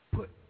put